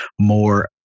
more